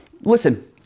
listen